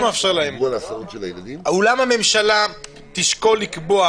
החוק מאפשר: אולם הממשלה תשקול לקבוע